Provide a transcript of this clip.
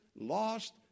Lost